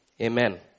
Amen